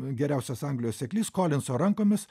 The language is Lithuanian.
geriausias anglijos seklys kolinso rankomis